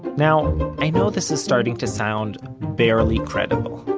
now i know this is starting to sound barely credible,